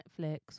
netflix